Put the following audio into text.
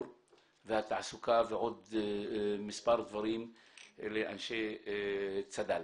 והתעסוקה ועוד מספר דברים לאנשי צד"ל.